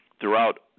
throughout